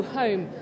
home